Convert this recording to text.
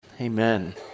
Amen